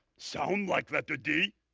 sound like letter d?